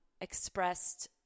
expressed